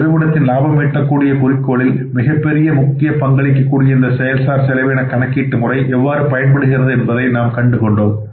நிறுவனத்தின் லாபம் ஈட்டக்கூடிய குறிக் கோளில் மிகப்பெரிய முக்கிய பங்களிக்க கூடிய இந்த செயல் சார் செலவின கணக்கீட்டு முறை எவ்வாறு பயன்படுகின்றது என்பதை நாம் கண்டு கொண்டோம்